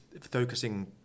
focusing